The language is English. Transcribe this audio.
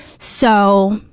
so,